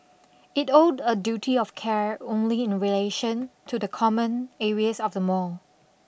it owed a duty of care only in relation to the common areas of the mall